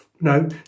No